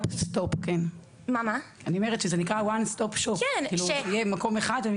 זה נקרא One stop shop, יהיה מקום אחד.